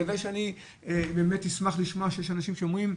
אני באמת אשמח לשמוע שיש אנשים שאומרים,